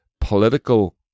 political